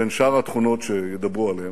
בין שאר התכונות שידברו עליהן.